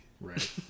right